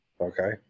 okay